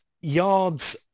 yards